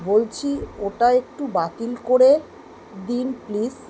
বলছি ওটা একটু বাতিল করে দিন প্লিস